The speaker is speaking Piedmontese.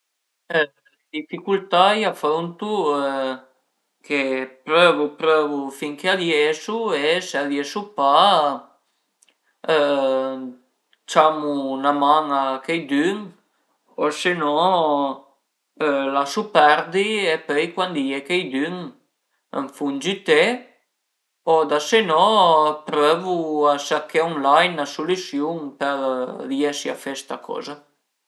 Le dificultà i afruntu che prövu prövu fin che riesu e se riesu pa ciamu 'na man a cheidün o se no lasu perdi e pöi cuandi a ie chiedün më fun giüté o da se ne prövu a cerché online 'na solüsiun për riesi a fe sta coza